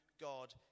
God